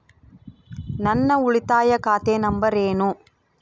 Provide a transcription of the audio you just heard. ನನ್ನ ಉಳಿತಾಯ ಖಾತೆ ನಂಬರ್ ಏನು?